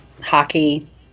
hockey